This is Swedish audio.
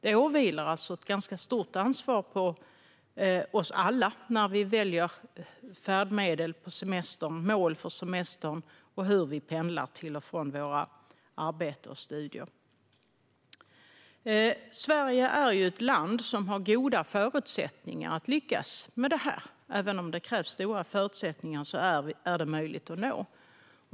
Det vilar ett stort ansvar på oss alla när vi väljer färdmedel och mål för semestern och hur vi pendlar till och från våra arbeten och studier. Sverige är ett land som har goda förutsättningar att lyckas med detta, och även om det krävs stora förutsättningar är det möjligt att nå.